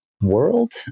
world